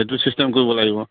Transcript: সেইটো ছিষ্টেম কৰিব লাগিব